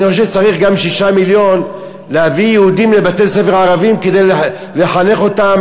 אני חושב שצריך גם 6 מיליון כדי להביא יהודים